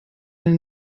eine